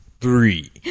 Three